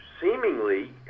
seemingly